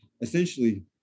essentially